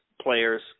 players